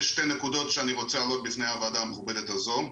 יש שתי נקודות שאני רוצה להעלות בפני הוועדה המכובדת הזו.